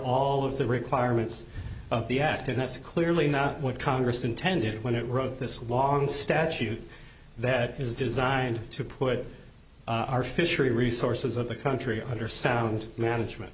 all of the requirements of the act and that's clearly not what congress intended when it wrote this long statute that is designed to put our fishery resources of the country under sound management